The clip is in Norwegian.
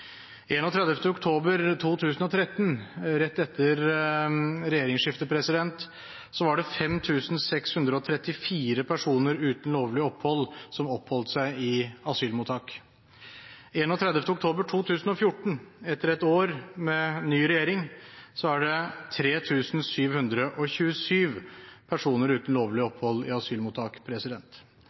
31. oktober 2013, rett etter regjeringsskiftet, var det 5 634 personer uten lovlig opphold som oppholdt seg i asylmottak. 31. oktober 2014, etter ett år med ny regjering, var det 3 727 personer uten lovlig opphold i asylmottak.